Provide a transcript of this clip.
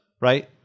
right